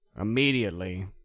immediately